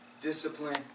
discipline